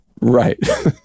Right